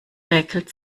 räkelt